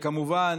וכמובן,